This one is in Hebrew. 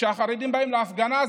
כשהחרדים באים להפגנה,